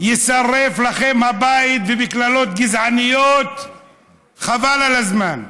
יישרף לכם הבית, ובקללות גזעניות חבל על הזמן.